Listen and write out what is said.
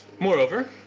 Moreover